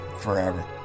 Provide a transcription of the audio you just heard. forever